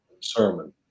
sermon